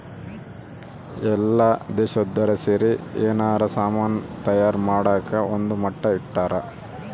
ಎಲ್ಲ ದೇಶ್ದೊರ್ ಸೇರಿ ಯೆನಾರ ಸಾಮನ್ ತಯಾರ್ ಮಾಡಕ ಒಂದ್ ಮಟ್ಟ ಇಟ್ಟರ